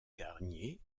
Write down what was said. garnier